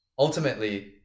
Ultimately